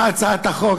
מה הצעת החוק.